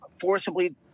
forcibly